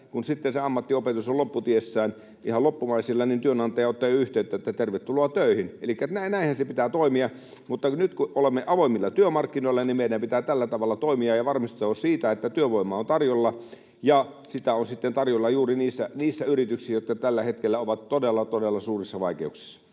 se ammattiopetus on lopputiessään, ihan loppumaisillaan, niin työnantaja ottaa jo yhteyttä, että tervetuloa töihin. Elikkä näinhän sen pitää toimia. Mutta nyt kun olemme avoimilla työmarkkinoilla, meidän pitää tällä tavalla toimia ja varmistua siitä, että työvoimaa on tarjolla ja että sitä on sitten tarjolla juuri niihin yrityksiin, jotka tällä hetkellä ovat todella todella suurissa vaikeuksissa.